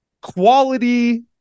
quality